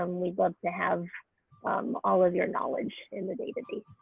um we'd love to have all of your knowledge in the database.